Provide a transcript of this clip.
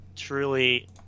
truly